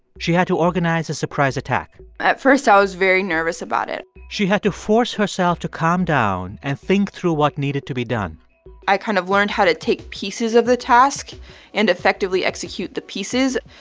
she had to organize a surprise attack at first, i was very nervous about it she had to force herself to calm down and think through what needed to be done i kind of learned how to take pieces of the task and effectively execute the pieces.